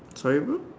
sorry bro